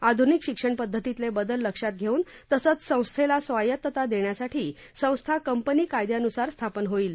आधुनिक शिक्षण पद्धतीतले बदल लक्षात घेऊन तसंच संस्थेला स्वायत्तता देण्यासाठी संस्था कंपनी कायद्यानुसार स्थापन होईल